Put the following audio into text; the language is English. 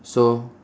so